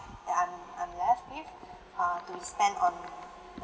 that I'm I'm left with uh to be spend on